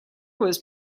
was